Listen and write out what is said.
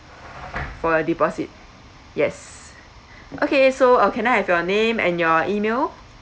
for the deposit yes okay so uh can I have your name and your email